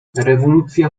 rewolucja